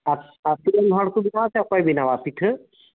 ᱟᱨ ᱟᱛᱩᱨᱮᱱ ᱦᱚᱲᱠᱚ ᱵᱮᱱᱟᱣᱟ ᱥᱮ ᱚᱠᱚᱭᱠᱚ ᱵᱮᱱᱟᱣᱟ ᱯᱤᱴᱷᱟᱹ